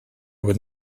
would